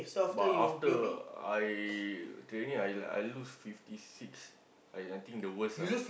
but after I training I I lose fifty six I think the worst ah